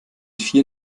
vier